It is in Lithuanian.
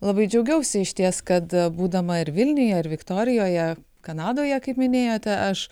labai džiaugiausi išties kad būdama ir vilniuje ir viktorijoje kanadoje kaip minėjote aš